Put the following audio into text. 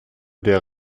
der